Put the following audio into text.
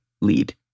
lead